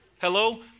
Hello